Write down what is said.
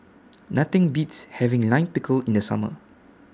Nothing Beats having Lime Pickle in The Summer